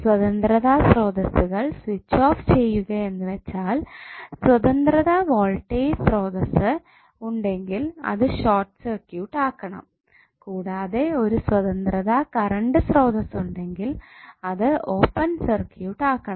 സ്വതന്ത്ര സ്രോതസ്സുകൾ switch off ചെയ്യുക വെച്ചാൽ സ്വതന്ത്ര വോൾട്ടേജ് സ്രോതസ്സ് ഉണ്ടെങ്കിൽ അത് ഷോർട്ട് സർക്യൂട്ട് ആക്കണം കൂടാതെ ഒരു സ്വതന്ത്രത കറണ്ട് സ്രോതസ്സ് ഉണ്ടെങ്കിൽ അത് ഓപ്പൺ സർക്യൂട്ട് ആക്കണം